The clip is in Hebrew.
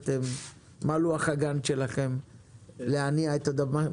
מה לוח הגאנט שלכם להניע את הדבר הזה?